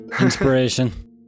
inspiration